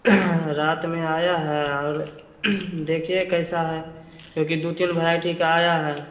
रात में आया है और देखिए कैसा है क्योंकि दो तीन वैरायटी का आया है